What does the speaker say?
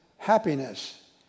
happiness